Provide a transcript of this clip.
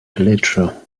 gletscher